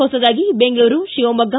ಹೊಸದಾಗಿ ಬೆಂಗಳೂರು ಶಿವಮೊಗ್ಗ